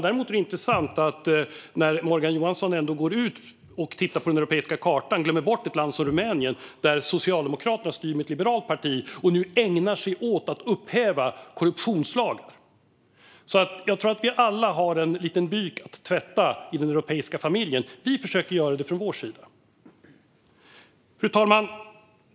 Däremot är det intressant, fru talman, att Morgan Johansson när han går ut och tittar på den europeiska kartan glömmer bort ett land som Rumänien, där socialdemokraterna styr med ett liberalt parti och nu ägnar sig åt att upphäva korruptionslagar. Jag tror att vi alla har en liten byk att tvätta i den europeiska familjen. Vi försöker att göra det från vår sida. Fru talman!